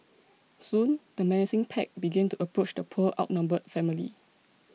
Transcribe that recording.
soon the menacing pack began to approach the poor outnumbered family